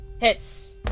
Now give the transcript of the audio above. hits